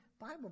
Bible